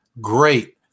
great